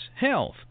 health